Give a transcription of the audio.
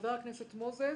חבר הכנסת מוזס.